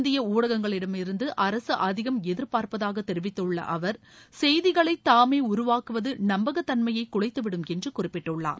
இந்திய ஊடகங்களிடமிருந்து அரசு அதிகம் எதிர்ப்பார்ப்பதாக தெரிவித்துள்ள அவர் செய்திகளை தாமே உருவாக்குவது நம்பகத்தன்மையை குலைத்து விடும் என்று குறிப்பிட்டுள்ளார்